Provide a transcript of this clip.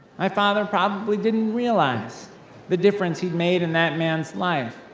my father probably didn't realize the difference he'd made in that man's life.